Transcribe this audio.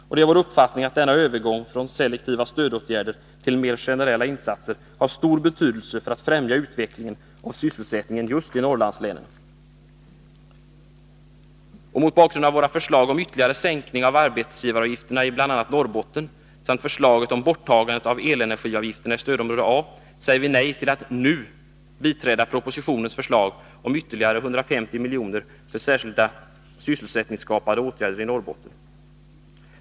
Det är vår uppfattning att denna övergång från selektiva stödåtgärder till mera generella insatser har stor betydelse när det gäller att främja utvecklingen av sysselsättningen i just Norrlandslänen. Mot bakgrund av våra förslag om ytterligare sänkning av arbetsgivaravgifterna i bl.a. Norrbotten samt förslaget om borttagande av elenergiavgiften i stödområde A säger vi nej till att nu biträda propositionens förslag om ytterligare 150 milj.kr. för särskilda sysselsättningsskapande åtgärder i Norrbotten.